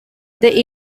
they